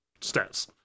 Stats